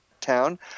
town